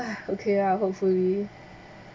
okay lah hopefully